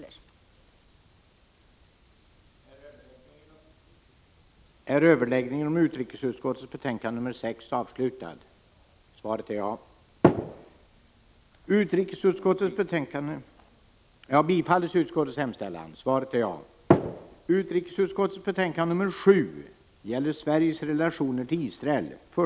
Sveriges relationer till